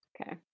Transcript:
Okay